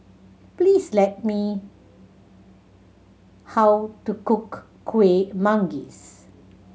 please let me how to cook Kuih Manggis